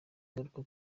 ingaruka